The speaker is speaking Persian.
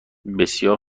بسیار